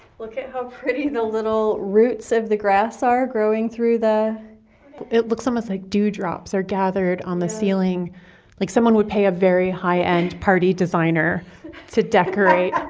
look at how pretty though little roots of the grass are growing through the it looks almost like dewdrops are gathered on the ceiling like someone would pay a very high end party designer to decorate,